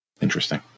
Interesting